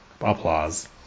applause